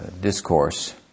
discourse